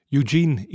Eugene